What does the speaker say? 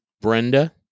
Brenda